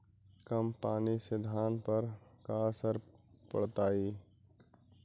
कम पनी से धान पर का असर पड़तायी?